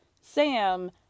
Sam